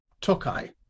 Tokai